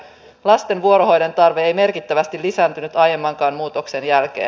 lasten vuorohoidon tarve ei merkittävästi lisääntynyt aiemmankaan muutoksen jälkeen